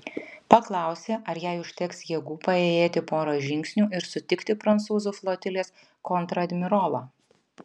paklausė ar jai užteks jėgų paėjėti porą žingsnių ir sutikti prancūzų flotilės kontradmirolą